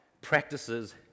practices